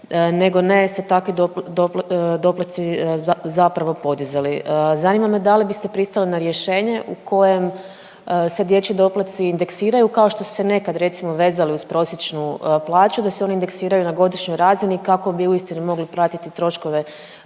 nego ne se takvi doplaci zapravo podizali. Zanima me da li biste pristali na rješenje u kojem se dječji doplaci indeksiraju kao što se nekad recimo vezali uz prosječnu plaću da se oni indeksiraju na godišnjoj razini kako bi uistinu mogli pratiti troškove